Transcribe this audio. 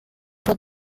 pour